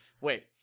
Wait